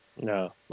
No